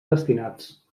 destinats